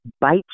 bite